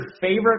favorite